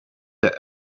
that